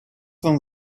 than